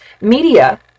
media